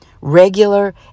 regular